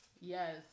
Yes